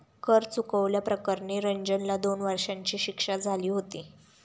कर चुकवल्या प्रकरणी रंजनला दोन वर्षांची शिक्षा झाली होती